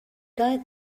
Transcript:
guy